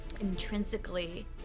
intrinsically